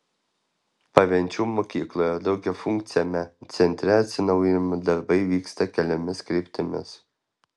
pavenčių mokykloje daugiafunkciame centre atsinaujinimo darbai vyksta keliomis kryptimis